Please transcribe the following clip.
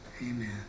amen